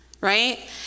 right